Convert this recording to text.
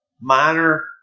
minor